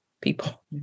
people